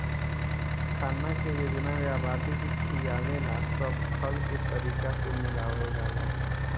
खाना के योजना में आबादी के खियावे ला सब खल के तरीका के मिलावल जाला